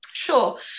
sure